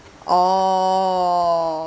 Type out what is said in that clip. oh